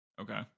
Okay